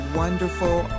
wonderful